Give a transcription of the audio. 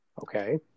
Okay